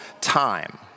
time